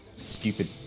stupid